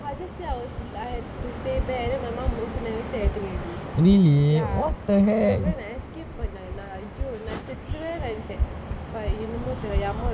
I just say I was I had to stay back then my mum also never say anything already ya நேத்திக்கே பண்ண:nethikkae panna !aiyo! நா செத்துருவே நெனச்ச:sethuruva nenacha but என்னமோ தெரில என்:ennamo therila en am~